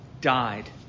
died